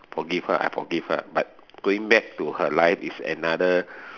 forgive her I forgive her but going back to her life is another